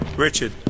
Richard